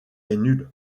nul